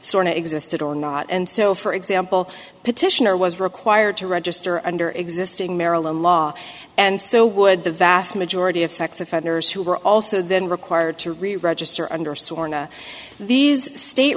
sorn existed or not and so for example petitioner was required to register under existing maryland law and so would the vast majority of sex offenders who were also then required to reregister under sworn to these state